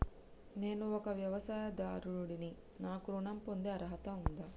నేను ఒక వ్యవసాయదారుడిని నాకు ఋణం పొందే అర్హత ఉందా?